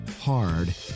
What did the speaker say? hard